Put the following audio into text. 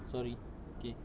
sorry okay